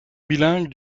bilingue